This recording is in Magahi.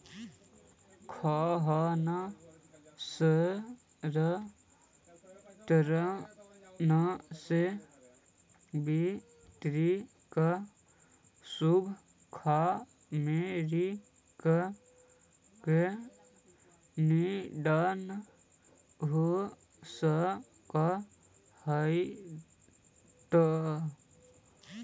खाद्यान्न संरक्षण से विश्व के भुखमरी के निदान हो सकऽ हइ